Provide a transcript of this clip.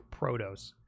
protos